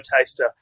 taster